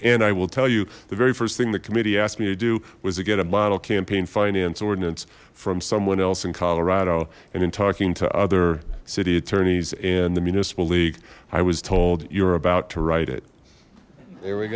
and i will tell you the very first thing the committee asked me to do was again a model campaign finance ordinance from someone else in colorado and in talking to other city attorneys in the municipal league i was told you're about to write it there we